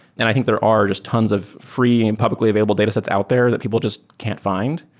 and i think there are just tons of free and publicly available datasets out there that people just can't find.